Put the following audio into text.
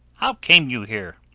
how came you here?